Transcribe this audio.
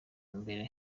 mbere